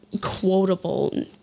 quotable